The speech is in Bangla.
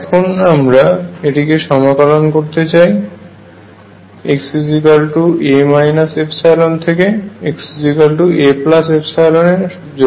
এখন আমরা এটিকে সমাকলন করতে চাই xa ϵ থেকে xaϵ এর জন্য